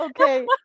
Okay